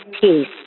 peace